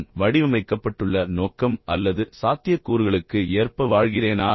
நான் வடிவமைக்கப்பட்டுள்ள நோக்கம் அல்லது சாத்தியக்கூறுகளுக்கு ஏற்ப வாழ்கிறேனா